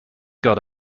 got